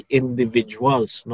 individuals